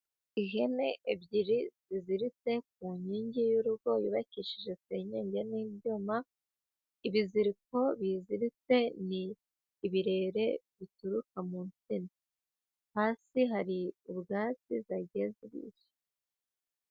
Ihene ebyiri ziziritse ku nkingi y'urugo yubakishije senyenge n'ibyuma, ibiziriko biziritse ni ibirere bituruka mu nsina, hasi hari ubwatsi zagiye kurisha.